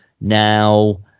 now